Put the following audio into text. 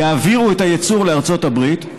יעבירו את הייצור לארצות הברית,